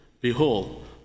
Behold